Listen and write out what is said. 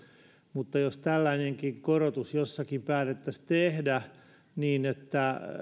mutta jos tällainenkin korotus jossakin päätettäisiin tehdä niin että